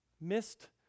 missed